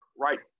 right